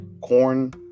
corn